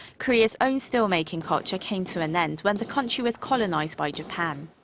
korea's own steelmaking culture came to an end when the country was colonized by japan.